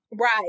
Right